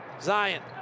Zion